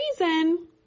reason